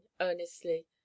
earnestly